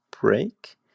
break